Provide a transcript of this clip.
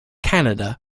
canada